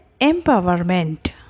empowerment